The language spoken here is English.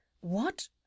What